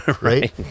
right